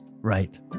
right